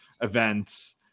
events